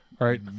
Right